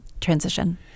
transition